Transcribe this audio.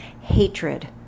hatred